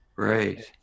Right